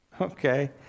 Okay